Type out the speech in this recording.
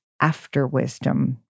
after-wisdom